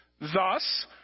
Thus